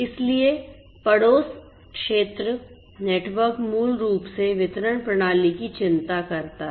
इसलिए पड़ोस क्षेत्र नेटवर्क मूल रूप से वितरण प्रणाली की चिंता करता है